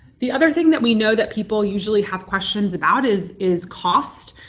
the other thing that we know that people usually have questions about is is cost.